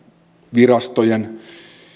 virastojen